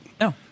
No